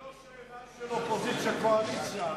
זו לא שאלה של אופוזיציה קואליציה.